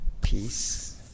peace